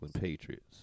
Patriots